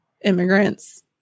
immigrants